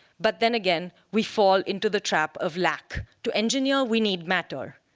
but then again, we fall into the trap of lack. to engineer we need matter.